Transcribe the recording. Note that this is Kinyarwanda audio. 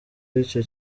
b’icyo